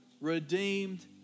redeemed